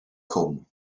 cwm